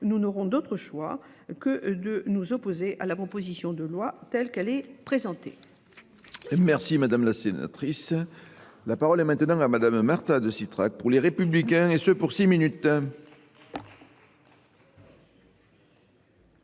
nous n'aurons d'autre choix que de nous opposer à la proposition de loi telle qu'elle est présentée. Merci Madame la Sénatrice. La parole est maintenant à Madame Martha de Citrac pour les Républicains et ceux pour six minutes.